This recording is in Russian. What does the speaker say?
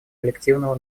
коллективного